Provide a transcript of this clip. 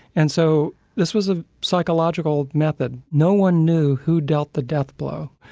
and so this was a psychological method, no one knew who dealt the deathblow,